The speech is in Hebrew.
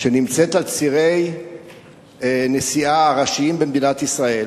שנמצאת על צירי נסיעה ראשיים במדינת ישראל,